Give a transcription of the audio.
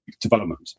development